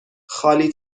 خالی